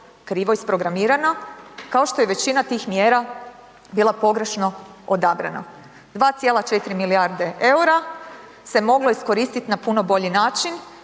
krivo isprogramirana kao što je većina tih mjera bila pogrešno odabrana. 2,4 milijarde eura se moglo iskoristit na puno bolji način,